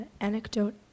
anecdote